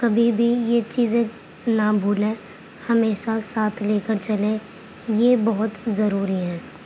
کبھی بھی یہ چیزیں نہ بھولیں ہمیشہ ساتھ لے کر چلیں یہ بہت ضروری ہیں